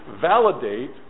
validate